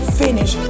finish